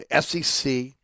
SEC